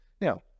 Now